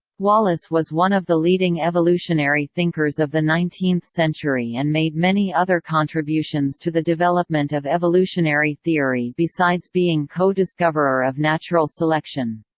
wallace was one of the leading evolutionary thinkers of the nineteenth century and made many other contributions to the development of evolutionary theory besides being co-discoverer of natural selection.